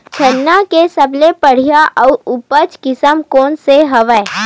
सरना के सबले बढ़िया आऊ उपजाऊ किसम कोन से हवय?